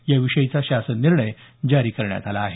याविषयीचा शासन निर्णय जारी करण्यात आला आहे